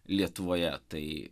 lietuvoje tai